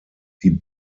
die